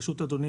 ברשות אדוני,